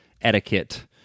etiquette